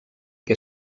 què